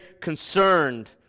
concerned